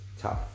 tough